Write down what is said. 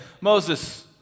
Moses